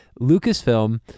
Lucasfilm